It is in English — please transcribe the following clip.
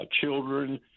children